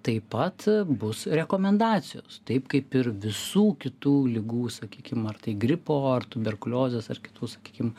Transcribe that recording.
taip pat bus rekomendacijos taip kaip ir visų kitų ligų sakykim ar tai gripo ar tuberkuliozės ar kitu sakykim